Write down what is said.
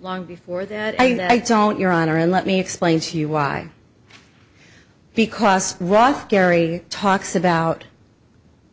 long before that i don't your honor and let me explain to you why because rauf gary talks about